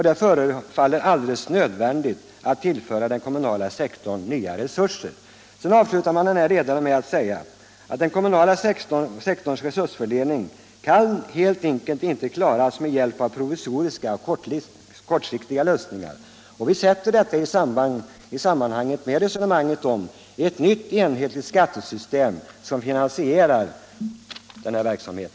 Det förefaller alldeles nödvändigt att tillföra den kommunala sektorn nya resurser.” S Avslutningsvis sägs i denna ledare: ”Den kommunala sektorns resursförsörjning kan helt enkelt inte klaras med hjälp av provisoriska och kortsiktiga lösningar.” Vi sätter detta i samband med ett nytt, enhetligt skattesystem som finansierar denna verksamhet.